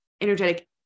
energetic